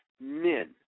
men